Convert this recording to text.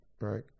right